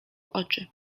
oczy